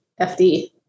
FD